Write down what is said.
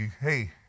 Hey